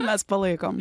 mes palaikom